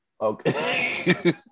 Okay